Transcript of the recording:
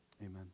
Amen